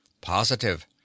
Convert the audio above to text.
Positive